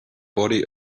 body